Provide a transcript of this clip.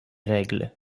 règles